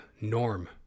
norm